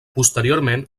posteriorment